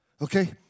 Okay